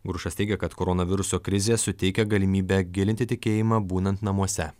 grušas teigia kad koronaviruso krizė suteikia galimybę gilinti tikėjimą būnant namuose